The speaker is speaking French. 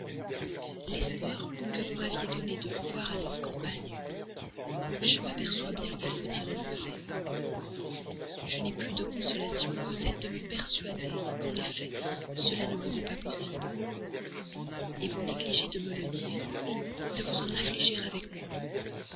l'espoir que vous m'aviez donné de vous voir à cette campagne je m'aperçois bien qu'il faut y renoncer je n'ai plus de consolation que celle de me persuader qu'en effet cela ne vous est pas possible et vous négligez de me le dire de vous en affliger avec moi